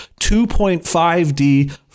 2.5D